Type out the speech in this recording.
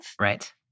Right